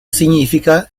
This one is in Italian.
significa